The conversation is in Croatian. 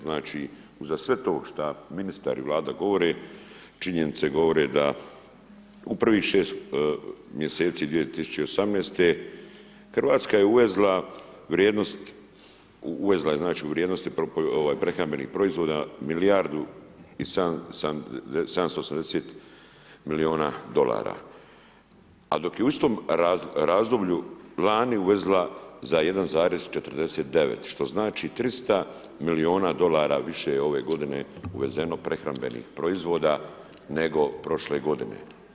Znači, uza sve to šta ministar i Vlada govore, činjenice govore da u prvih 6 mjeseci 2018.-te RH je uvezla vrijednost, uvezla je, znači, u vrijednosti prehrambenih proizvoda milijardu i 780 milijuna USA, a dok je u istom razdoblju lani uvezla za 1,49, što znači 300 milijuna USA više ove godine je uvezeno prehrambenih proizvoda, nego prošle godine.